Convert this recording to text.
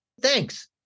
Thanks